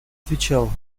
отвечал